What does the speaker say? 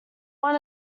one